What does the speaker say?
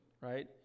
right